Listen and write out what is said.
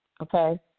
okay